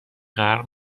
غرق